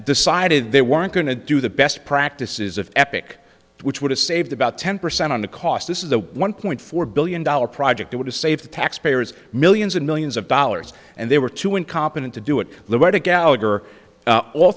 decided they weren't going to do the best practices of epic which would have saved about ten percent on the cost this is a one point four billion dollars project it would have saved the taxpayers millions and millions of dollars and they were too incompetent to do it the way to gallagher all